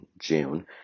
June